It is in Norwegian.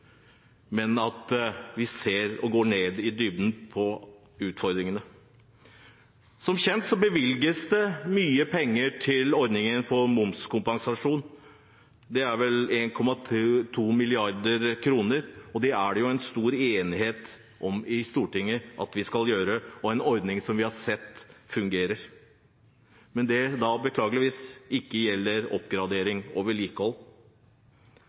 men at vi går i dybden på utfordringene. Som kjent bevilges det mye penger til ordningen for momskompensasjon – det er vel 1,2 mrd. kr. Det er det jo stor enighet i Stortinget om at vi skal ha, og en ordning som vi har sett fungerer. Men den gjelder beklageligvis ikke oppgradering og vedlikehold.